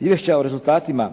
Izvješća o rezultatima